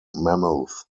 mammoth